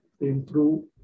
improve